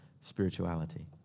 spirituality